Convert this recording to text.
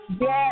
Yes